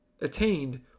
attained